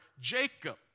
Jacob